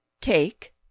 Take